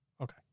Okay